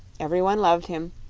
every one loved him,